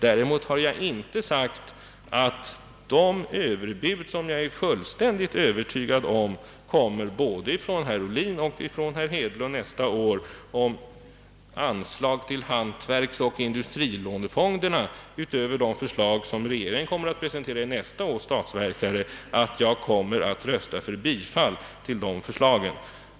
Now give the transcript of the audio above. Däremot har jag inte sagt att jag skall rösta för det överbud som både herr Ohlin och herr Hedlund säkerligen nästa år kommer att framlägga om anslag till hantverksoch industrilånefonderna utöver det förslag som då presenteras i statsverkspropositionen.